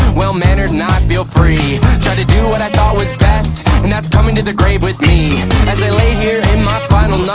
well mannered, and i feel free tried to do what i thought was best and that's coming to the grave with me as i lay here in my final nights, i